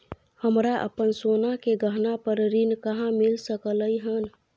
हमरा अपन सोना के गहना पर ऋण कहाॅं मिल सकलय हन?